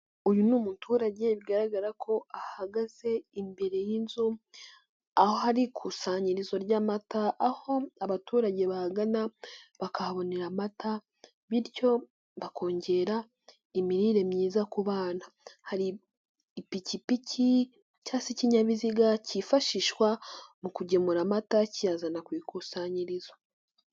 Uyu ni umuturage bigaragara ko ahagaze imbere y'inzu, aho ari ikusanyirizo ry'amata, aho abaturage bagana bakahabonera amata. bityo bakongera imirire myiza ku bana. Hari ipikipiki cyangwa ikinyabiziga cyifashishwa mu kugemura amata kiyazana ku ikusanyirizo.